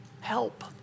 Help